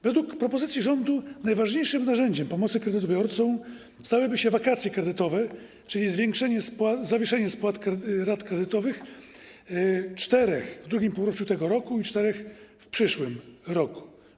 Według propozycji rządu najważniejszym narzędziem pomocy kredytobiorcom stałyby się wakacje kredytowe, czyli zawieszenie spłat rat kredytowych: czterech w drugim półroczu tego roku i czterech w przyszłym roku.